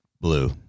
Blue